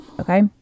okay